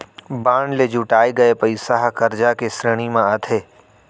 bond ले जुटाए गये पइसा ह करजा के श्रेणी म आथे